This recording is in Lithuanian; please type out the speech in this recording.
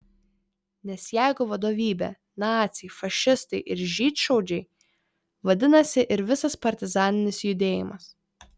nes jeigu vadovybė naciai fašistai ir žydšaudžiai vadinasi ir visas partizaninis judėjimas